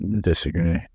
disagree